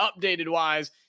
updated-wise